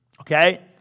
Okay